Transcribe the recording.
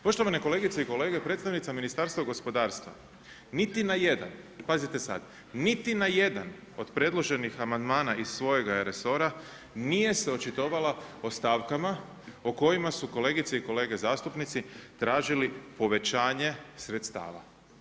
Poštovane kolegice i kolege, predstavnica Ministarstva gospodarstva niti na jedan, pazite sad, niti na jedan od predloženih amandmana iz svojega resora nije se očitovala o stavkama o kojima su kolegice i kolege zastupnici tražili povećanje sredstava.